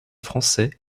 français